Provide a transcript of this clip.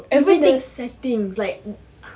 even the settings like